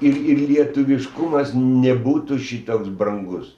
ir ir lietuviškumas nebūtų šitoks brangus